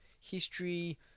history